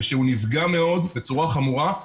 שנפגע מאוד בצורה חמורה,